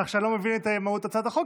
כך שאני לא מבין את מהות הצעת החוק,